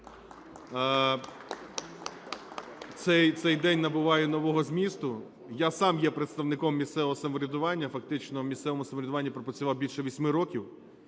Цей день набуває нового змісту. Я сам є представником місцевого самоврядування, фактично в місцевому самоврядуванні пропрацював більше 8 років.